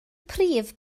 prif